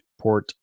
Port